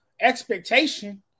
expectation